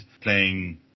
playing